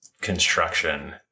construction